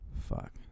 fuck